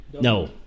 No